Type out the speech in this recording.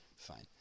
Fine